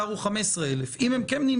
הפער הוא 15,000. אם הם כן נמנים,